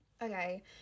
Okay